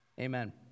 amen